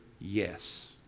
yes